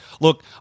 Look